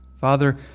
Father